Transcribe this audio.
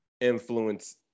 influence